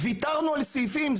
ויתרנו על סעיפים,